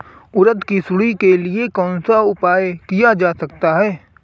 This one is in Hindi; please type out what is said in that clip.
उड़द की सुंडी के लिए कौन सा उपाय किया जा सकता है?